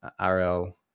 RL